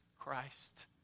Christ